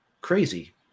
Crazy